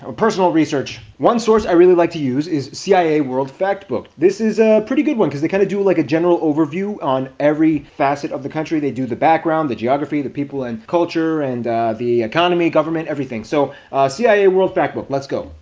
ah personal research. one source is really like to use is cia world factbook. this is a pretty good one, because they kinda do like a general overview on every facet of the country. they do the background, the geography, the people, and culture, and the economy, government, everything, so ah cia world factbook, let's go.